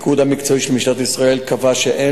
הפיקוד המקצועי של משטרת ישראל קבע שאין